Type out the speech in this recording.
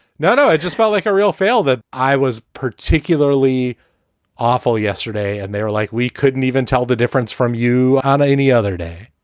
no, no. it just felt like a real fail that i was particularly awful yesterday. and they were like, we couldn't even tell the difference from you on any other day